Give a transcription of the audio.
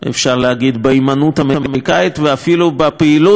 בהימנעות אמריקנית ואפילו בפעילות אמריקנית